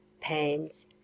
pans